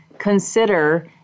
consider